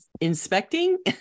inspecting